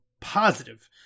positive